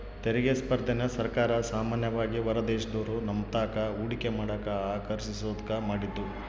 ತೆರಿಗೆ ಸ್ಪರ್ಧೆನ ಸರ್ಕಾರ ಸಾಮಾನ್ಯವಾಗಿ ಹೊರದೇಶದೋರು ನಮ್ತಾಕ ಹೂಡಿಕೆ ಮಾಡಕ ಆಕರ್ಷಿಸೋದ್ಕ ಮಾಡಿದ್ದು